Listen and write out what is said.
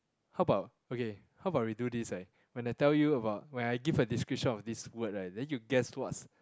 how about okay how about we do this right when I tell you about when I give a description of this word right then you guess what's